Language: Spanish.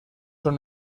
son